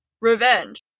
revenge